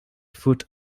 foot